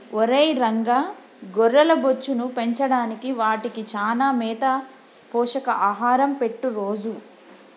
ఒరై రంగ గొర్రెల బొచ్చును పెంచడానికి వాటికి చానా మేత పోషక ఆహారం పెట్టు రోజూ